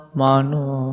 manu